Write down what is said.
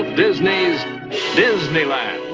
disney's disneyland